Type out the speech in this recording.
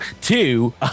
two